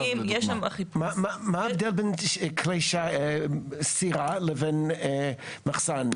מה ההבדל בין סירה לבין מחסן?